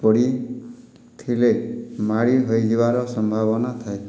ପଡ଼ିଥିଲେ ମାଡ଼ି ହୋଇଯିବାର ସମ୍ଭାବନା ଥାଏ